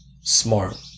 smart